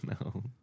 No